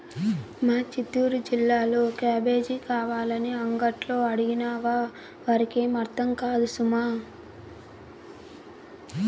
మా చిత్తూరు జిల్లాలో క్యాబేజీ కావాలని అంగట్లో అడిగినావా వారికేం అర్థం కాదు సుమా